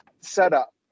setup